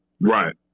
Right